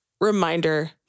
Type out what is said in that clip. reminder